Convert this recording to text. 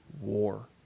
war